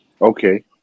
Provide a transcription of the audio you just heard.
Okay